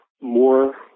more